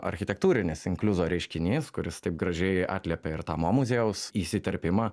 architektūrinis inkliuzo reiškinys kuris taip gražiai atliepia ir tą mo muziejaus įsiterpimą